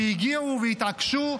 שהגיעו והתעקשו,